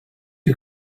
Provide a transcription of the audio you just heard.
you